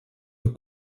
une